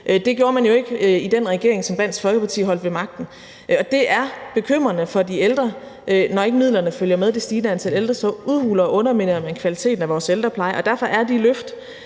Det gjorde man jo ikke i den regering, som Dansk Folkeparti holdt ved magten, og det er bekymrende for de ældre. Når ikke midlerne følger med det stigende antal ældre, udhuler og underminerer man kvaliteten af vores ældrepleje, og derfor er de løft,